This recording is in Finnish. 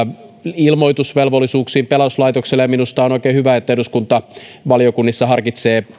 ilmoitusvelvollisuuksiin pelastuslaitokselle minusta on oikein hyvä että eduskunta valiokunnissa harkitsee